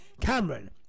Cameron